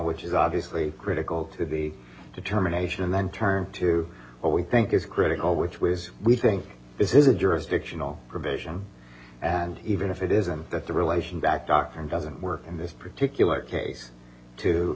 which is obviously critical to the determination and then turn to what we think is critical which was we think this is a jurisdictional provision and even if it isn't that's a relation back doctor and doesn't work in this particular case to